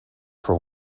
for